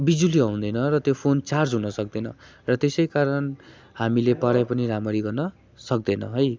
बिजुली आउँदैन र त्यो फोन चार्ज हुन सक्दैन र त्यसै कारण हामीले पढाइ पनि राम्ररी गर्न सक्दैनौँ है